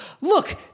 look